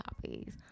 copies